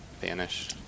Vanish